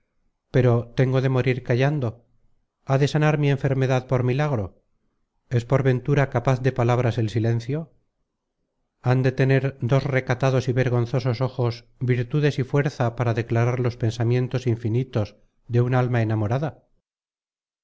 pero tengo de morir callando ha de content from google book search generated at sanal sanar mi enfermedad por milagro es por ventura capaz de palabras el silencio han de tener dos recatados y vergonzosos ojos virtudes y fuerza para declarar los pensamientos infinitos de un alma enamorada